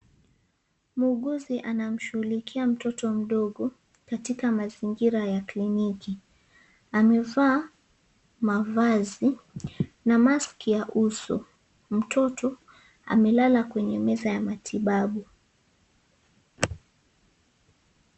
Muuguzi anamshughulikia mtoto mdogo, katika mazingira ya kliniki. Amevaa, mavazi na mask ya uso. Mtoto, amelala kwenye meza ya matibabu.